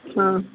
ಹಾಂ